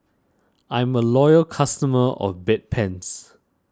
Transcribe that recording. I'm a loyal customer of Bedpans